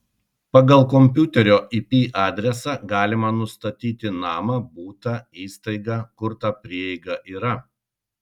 pagal kompiuterio ip adresą galima nustatyti namą butą įstaigą kur ta prieiga yra